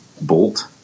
bolt